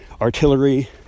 artillery